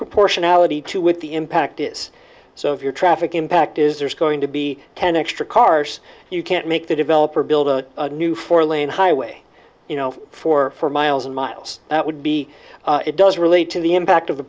proportionality too with the impact is so if your traffic impact is there's going to be ten extra cars you can't make the developer build a new four lane highway you know for for miles and miles that would be it does relate to the impact of the